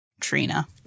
Trina